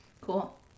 Cool